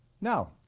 No